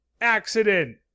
accident